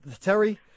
Terry